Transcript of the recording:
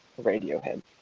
Radiohead